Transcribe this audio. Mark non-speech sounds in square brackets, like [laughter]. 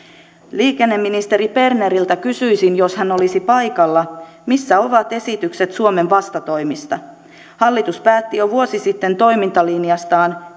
liikenneministeri berneriltä kysyisin jos hän olisi paikalla missä ovat esitykset suomen vastatoimista hallitus päätti jo vuosi sitten toimintalinjastaan [unintelligible]